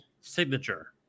signature